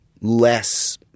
less